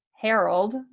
Harold